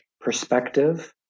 perspective